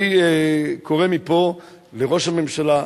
אני קורא מפה לראש הממשלה,